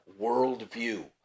worldview